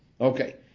Okay